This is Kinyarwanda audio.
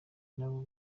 nabo